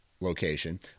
location